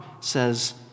says